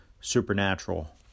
supernatural